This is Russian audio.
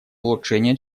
улучшения